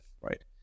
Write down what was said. right